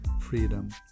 freedom